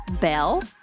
Bell